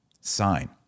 sign